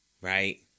right